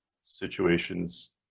situations